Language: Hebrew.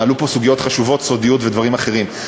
עלו פה סוגיות חשובות, סודיות ודברים אחרים.